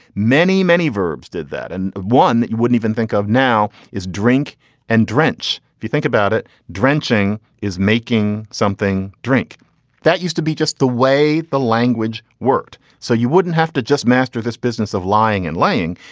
many many verbs did that and one that you wouldn't even think of now is drink and drench if you think about it. drenching is making something drink that used to be just the way the language worked so you wouldn't have to just master this business of lying and lying.